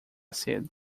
cedo